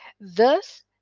Thus